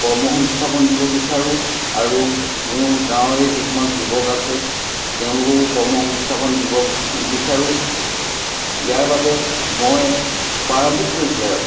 কৰ্ম সংস্থাপন দিব বিচাৰোঁ আৰু মোৰ গাঁৱৰে কিছুমান যুৱক আছে তেওঁলোককো কৰ্ম সংস্থাপন দিব বিচাৰোঁ ইয়াৰ বাবে মই প্ৰাৰম্ভিক পৰ্য্য়ায়ত